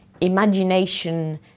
imagination